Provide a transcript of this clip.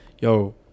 yo